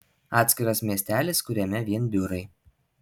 atskiras miestelis kuriame vien biurai